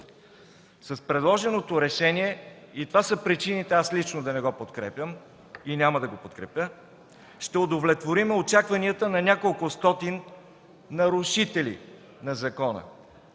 С предложеното решение – и това са причините лично аз да не го подкрепям, и няма да го подкрепя, ще удовлетворим очакванията на няколкостотин нарушители на закона,